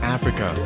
Africa